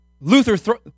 Luther